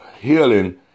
healing